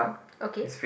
ok